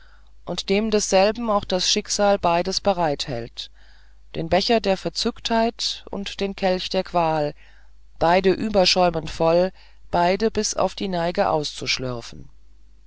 und dem deshalb auch das schicksal beides bereit hält den becher der verzücktheit und den kelch der qual beide überschäumend voll beide bis auf die neige auszuschlürfen